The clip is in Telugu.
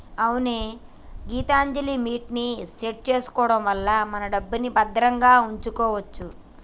అవునే గీతాంజలిమిట్ ని సెట్ చేసుకోవడం వల్ల మన డబ్బుని భద్రంగా ఉంచుకోవచ్చు